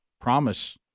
promise